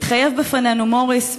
התחייב בפנינו מוריס,